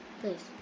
Please